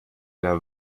der